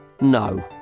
No